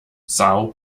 sao